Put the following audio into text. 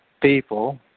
people